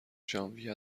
ژانویه